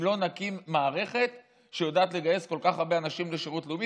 אם לא נקים מערכת שיודעת לגייס כל כך הרבה אנשים לשירות לאומי.